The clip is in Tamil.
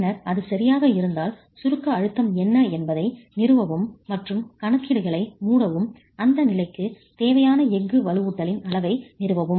பின்னர் அது சரியாக இருந்தால் சுருக்க அழுத்தம் என்ன என்பதை நிறுவவும் மற்றும் கணக்கீடுகளை மூடவும் அந்த நிலைக்கு தேவையான எஃகு வலுவூட்டலின் அளவை நிறுவவும்